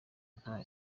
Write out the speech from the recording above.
nta